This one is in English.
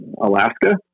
Alaska